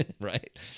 right